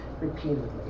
repeatedly